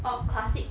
or classic